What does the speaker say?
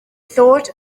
thought